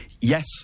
yes